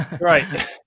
Right